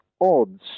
odds